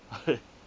I